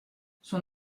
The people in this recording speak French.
son